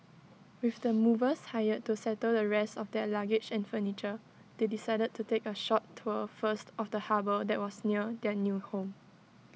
with the movers hired to settle the rest of their luggage and furniture they decided to take A short tour first of the harbour that was near their new home